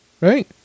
right